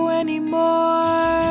anymore